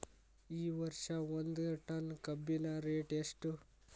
ಈ ವರ್ಷ ಒಂದ್ ಟನ್ ಕಬ್ಬಿನ ರೇಟ್ ಎಷ್ಟು?